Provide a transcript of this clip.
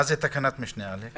מה זה תקנת משנה (א)?